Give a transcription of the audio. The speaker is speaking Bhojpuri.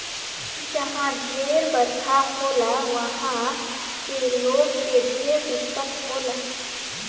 जहा ढेर बरखा होला उहा के लोग के ढेर दिक्कत होला